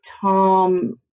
Tom